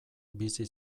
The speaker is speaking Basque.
bizi